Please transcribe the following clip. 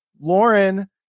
Lauren